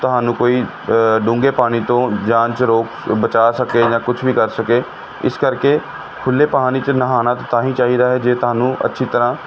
ਤੁਹਾਨੂੰ ਕੋਈ ਡੂੰਘੇ ਪਾਣੀ ਤੋਂ ਜਾਣ 'ਚ ਰੋਕ ਬਚਾ ਸਕੇ ਜਾਂ ਕੁਛ ਵੀ ਕਰ ਸਕੇ ਇਸ ਕਰਕੇ ਖੁੱਲ੍ਹੇ ਪਾਣੀ 'ਚ ਨਹਾਉਣਾ ਤੇ ਤਾਂ ਹੀ ਚਾਹੀਦਾ ਹੈ ਜੇ ਤੁਹਾਨੂੰ ਅੱਛੀ ਤਰ੍ਹਾਂ